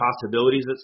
possibilities